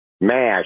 MASH